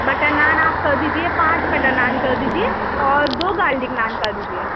butter naan آپ کر دیجئے پانچ بٹر نان کر دیجئے اور دو گارلک نان کر دیجئے